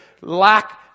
lack